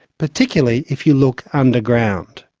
particularly if you look underground.